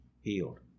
healed